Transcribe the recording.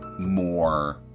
more